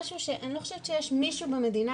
משהו שאני לא חושבת שיש מישהו במדינה